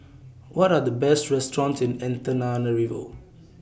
What Are The Best restaurants in Antananarivo